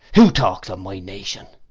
who talkes of my nation?